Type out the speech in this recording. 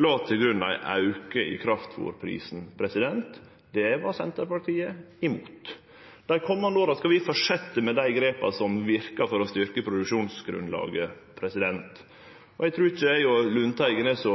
la til grunn ein auke i kraftfôrprisen. Det var Senterpartiet imot. Dei komande åra skal vi fortsetje med dei grepa som verkar, for å styrke produksjonsgrunnlaget. Eg trur ikkje eg og representanten Lundteigen er så